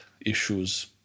issues